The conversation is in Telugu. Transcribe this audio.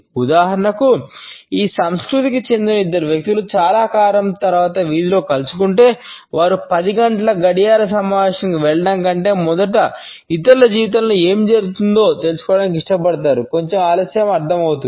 ఉదాహరణకు ఈ సంస్కృతికి చెందిన ఇద్దరు వ్యక్తులు చాలా కాలం తరువాత వీధిలో కలుసుకుంటే వారు 10 గంటల గడియార సమావేశానికి వెళ్లడం కంటే మొదట ఇతరుల జీవితంలో ఏమి జరుగుతుందో తెలుసుకోవడానికి ఇష్టపడతారు కొంచెం ఆలస్యం అర్థమవుతుంది